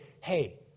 hey